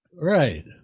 Right